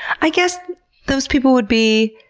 i guess those people would be.